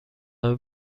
همه